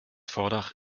vordach